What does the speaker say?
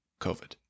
COVID